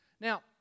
Now